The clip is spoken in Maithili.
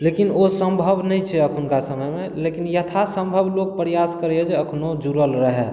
लेकिन ओ सम्भव नहि छै एखुनका समयमे लेकिन यथासम्भव लोक प्रयास करैए जे एखनो जुड़ल रहै